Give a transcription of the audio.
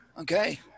okay